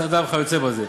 הסעדה וכיוצא באלה.